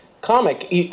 comic